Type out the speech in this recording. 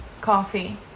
coffee